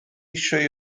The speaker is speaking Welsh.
eisiau